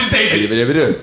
David